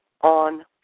on